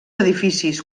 edificis